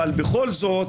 אבל בכל זאת,